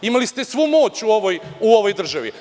Imali ste svu moć u ovoj državi.